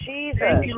Jesus